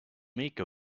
make